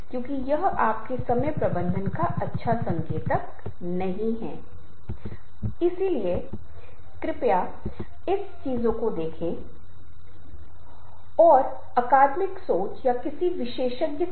दूसरी ओर जब हम प्रस्तुति के बारे में बात कर रहे हैं तो आपको एक निश्चित समय दिया जा रहा है यह कम से कम 1 मिनट हो सकता है यह 1 महीने भी हो सकता है